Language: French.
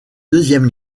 deuxième